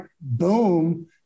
boom